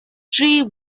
three